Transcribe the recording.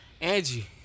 Angie